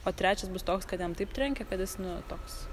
o trečias bus toks kad jam taip trenkia kad jis nu toks